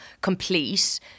complete